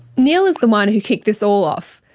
neil is the one who kicked this all off.